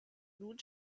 nun